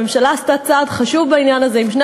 הממשלה עשתה צעד חשוב בעניין הזה עם שני